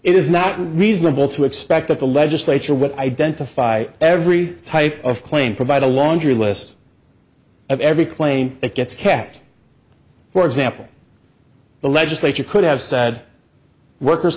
it is not reasonable to expect that the legislature will identify every type of claim provide a laundry list of every claim that gets kept for example the legislature could have said workers